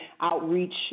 outreach